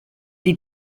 die